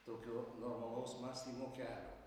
tokio normalaus mąstymo kelio